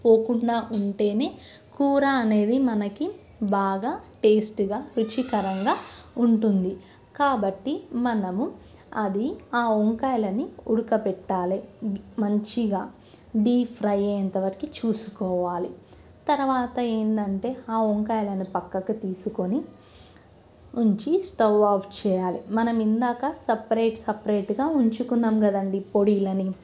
పోకుండా ఉంటేనే కూర అనేది మనకి బాగా టేస్ట్గా రుచికరంగా ఉంటుంది కాబట్టి మనము అది ఆ వంకాయలని ఉడకపెట్టాలి మంచిగా డీప్ ఫ్రై అయ్యేంతటి వరకు చూసుకోవాలి తరువాత ఏంటంటే ఆ వంకాయలను ప్రక్కకు తీసుకొని ఉంచి స్టవ్ ఆఫ్ చేయాలి మనం ఇందాక సపరేట్ సపరేట్గా ఉంచుకున్నాము కదండీ పొడిలని